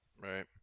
Right